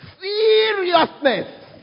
Seriousness